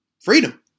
freedom